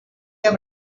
have